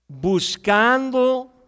Buscando